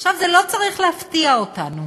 עכשיו, זה לא צריך להפתיע אותנו,